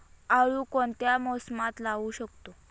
आळू कोणत्या मोसमात लावू शकतो?